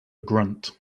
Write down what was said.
grunt